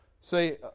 say